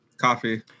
Coffee